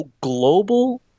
global